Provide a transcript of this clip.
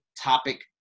topic